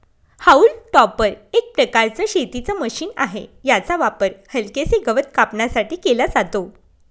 haulm topper एक प्रकारचं शेतीच मशीन आहे, याचा वापर हलकेसे गवत कापण्यासाठी केला जातो